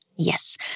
Yes